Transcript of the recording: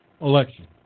election